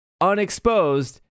unexposed